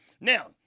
Now